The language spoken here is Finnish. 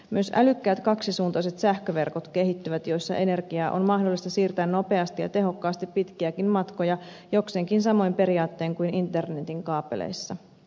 myös sellaiset älykkäät kaksisuuntaiset sähköverkot kehittyvät joissa energiaa on mahdollista siirtää nopeasti ja tehokkaasti pitkiäkin matkoja jokseenkin samoin periaattein kuin internetin kaapeleissa